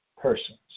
persons